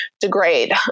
degrade